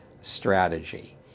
strategy